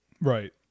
Right